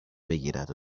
بگیرد